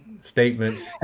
statements